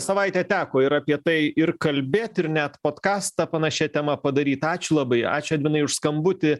savaitę teko ir apie tai ir kalbėt ir net potkastą panašia tema padaryt ačiū labai ačiū edvinai už skambutį